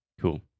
Cool